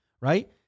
right